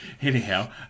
anyhow